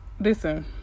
listen